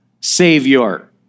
savior